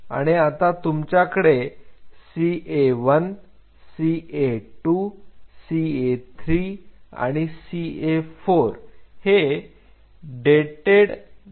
आणि आता तुमच्याकडे CA1 CA2 CA3 आणि CA4 हे डेटेड गायरस आहेत